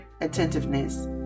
attentiveness